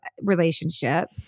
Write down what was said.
relationship